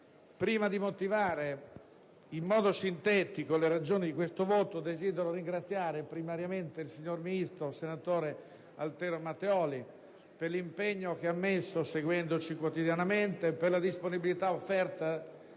Prima di motivare in modo sintetico le ragioni di questo voto, desidero ringraziare in primo luogo il signor ministro, senatore Altero Matteoli, per l'impegno profuso seguendoci quotidianamente e per la disponibilità offerta